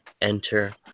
enter